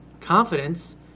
Confidence